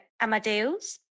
Amadeus